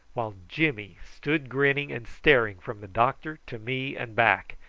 while jimmy stood grinning and staring from the doctor to me and back,